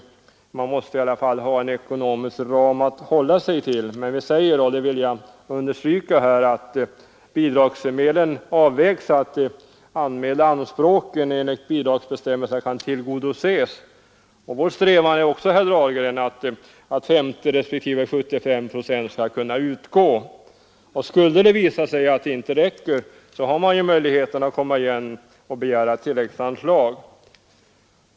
Man måste ha en ekonomisk ram att hålla sig till, men vi säger, det vill jag understryka, att bidragsdelen skall avvägas så att de anspråk som ställs enligt bidragsbestämmelserna kan tillgodoses. Vår strävan är också, herr Dahlgren, att 50 respektive 75 procent av underskottet skall kunna utgå. Skulle det visa sig att det inte räcker finns möjlighet att begära tilläggsanslag.